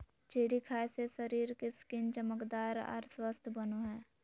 cherry खाय से शरीर के स्किन चमकदार आर स्वस्थ बनो हय